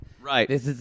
Right